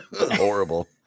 Horrible